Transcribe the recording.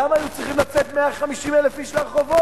למה היו צריכים לצאת 150,000 איש לרחובות?